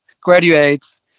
graduates